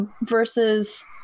Versus